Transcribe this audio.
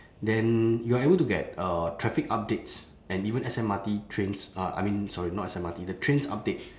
then you are able to get uh traffic updates and even S_M_R_T trains uh I mean sorry not S_M_R_T the train's update